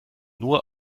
nur